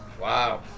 Wow